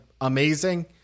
amazing